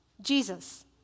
Jesus